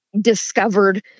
discovered